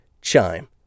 Chime